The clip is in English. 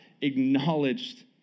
acknowledged